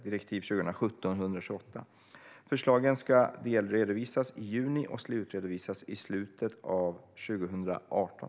Förslagen ska delredovisas i juni och slutredovisas i slutet av 2018.